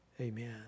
Amen